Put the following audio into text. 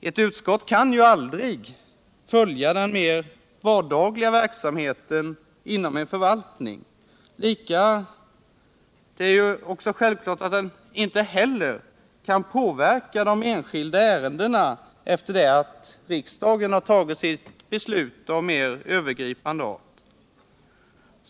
Ett utskott kan ju aldrig följa den mer vardagliga verksamheten inom en förvaltning. Det är också självklart att utskottet inte heller kan påverka de enskilda ärendena efter det att riksdagen har tagit sitt beslut av mer övergripande art.